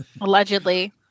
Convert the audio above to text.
Allegedly